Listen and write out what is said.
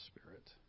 Spirit